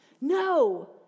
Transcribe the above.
No